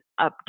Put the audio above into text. update